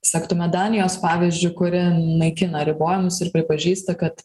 sektume danijos pavyzdžiu kuri naikina ribojimus ir pripažįsta kad